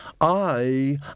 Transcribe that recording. I